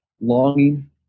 longing